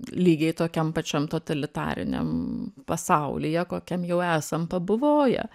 lygiai tokiam pačiam totalitariniam pasaulyje kokiam jau esam pabuvoję